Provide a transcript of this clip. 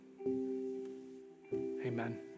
Amen